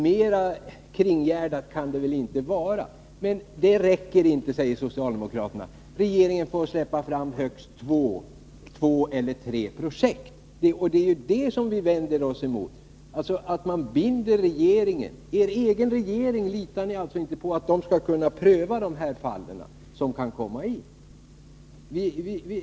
Mer kringgärdat kan inte ett projekt vara. Men det räcker inte, säger socialdemokraterna. Regeringen får släppa fram högst två eller tre projekt. Det är mot att regeringen binds på detta sätt som vi vänder oss. Ni litar alltså inte på att er egen regering skall kunna pröva de fall som kan komma in.